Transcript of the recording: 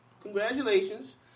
congratulations